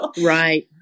right